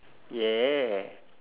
yeah